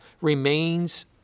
remains